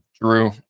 Drew